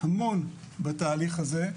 המון בנושא הזה,